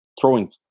throwing